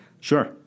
sure